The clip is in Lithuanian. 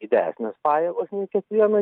didesnės pajėgos nei kiekvieną dieną